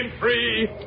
free